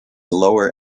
lower